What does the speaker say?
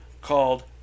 called